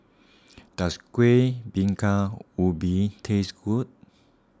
does Kueh Bingka Ubi taste good